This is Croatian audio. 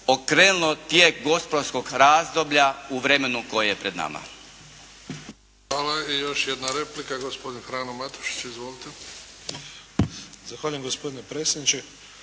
okrenulo tijek gospodarskog razdoblja u vremenu koje je pred nama.